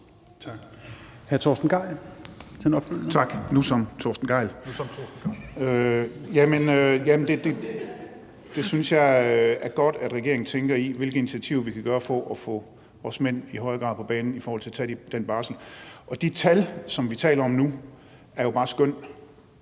Tak. Hr. Torsten Gejl for en opfølgning. Kl. 11:37 Torsten Gejl (ALT): Jeg synes, det er godt, at regeringen tænker over, hvilke initiativer vi kan tage for i højere grad at få os mænd på banen i forhold til at tage den barsel. De tal, som vi taler om nu, er jo bare skøn,